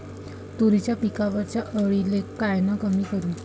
तुरीच्या पिकावरच्या अळीले कायनं कमी करू?